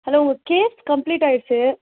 hello உங்கள் case complete ஆகிருச்சி